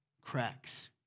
Cracks